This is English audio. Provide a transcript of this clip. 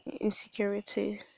insecurity